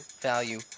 value